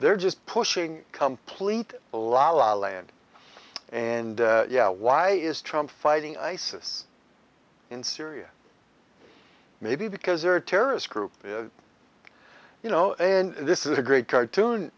they're just pushing complete a la la land and yeah why is trump fighting isis in syria maybe because there are terrorist groups you know and this is a great cartoon